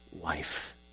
life